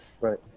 Right